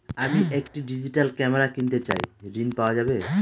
আমি একটি digital camera কিনতে চাই ঝণ পাওয়া যাবে?